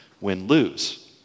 win-lose